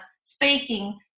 speaking